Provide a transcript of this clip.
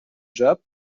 job